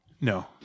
No